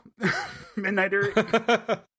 midnighter